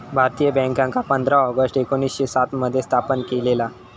भारतीय बॅन्कांका पंधरा ऑगस्ट एकोणीसशे सात मध्ये स्थापन केलेला